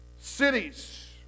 cities